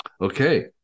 Okay